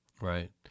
Right